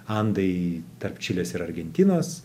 andai tarp čilės ir argentinos